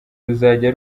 ruzajya